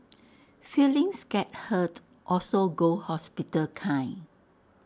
feelings get hurt also go hospital kind